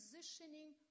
positioning